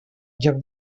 lloc